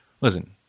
Listen